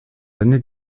années